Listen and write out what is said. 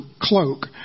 cloak